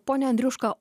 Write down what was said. pone andriuška